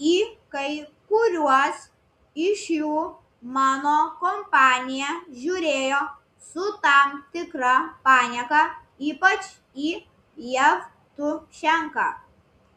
į kai kuriuos iš jų mano kompanija žiūrėjo su tam tikra panieka ypač į jevtušenką